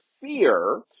fear